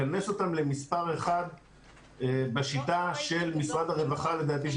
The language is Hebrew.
לכנס אותם למספר אחד בשיטה של משרד הרווחה לדעתי,